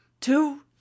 two